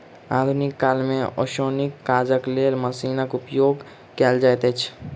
आधुनिक काल मे ओसौनीक काजक लेल मशीनक उपयोग कयल जाइत अछि